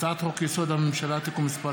הצעת חוק-יסוד: הממשלה (תיקון מס'